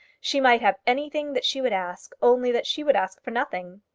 she might have anything that she would ask, only that she would ask for nothing.